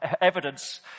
evidence